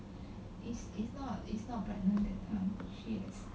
is is not is not planned hits